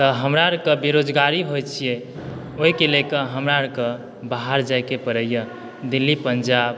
तऽ हमरा आरके बेरोजगारी होइ छियै ओहिके लऽ कऽ हमरा आरके बाहर जाइके पड़ैया दिल्ली पंजाब